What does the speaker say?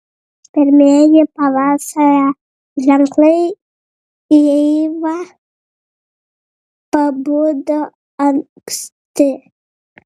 pirmieji pavasario ženklai eiva pabudo anksti